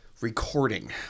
recording